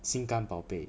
心肝宝贝